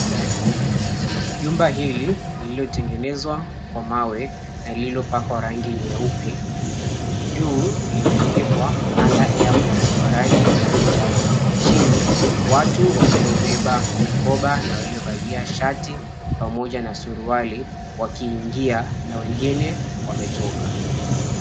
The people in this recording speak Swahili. Jumba hili lililotengenzwa kwa mawe na lililopakwa rangi nyeupe juu limeandikwa Manda Airport kwa rangi ya manjano. Chini watu waliobeba mikoba na waliovalia shati pamoja na suruali wakiingia na wengine wametoka.